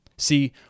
See